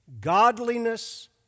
Godliness